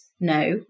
no